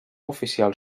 oficial